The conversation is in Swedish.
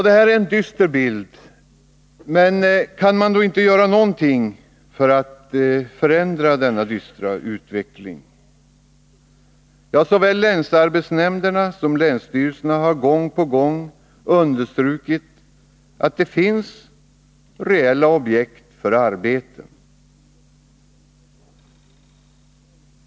Det här är en dyster bild, men kan man då inte göra någonting för att förändra denna utveckling? Såväl länsarbetsnämnderna som länsstyrelserna har gång på gång understrukit att det finns reella objekt för arbeten.